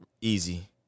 Easy